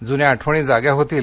जुन्या आठवणी जाग्या होतील